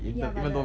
ya but the